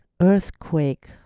earthquake